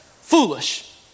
foolish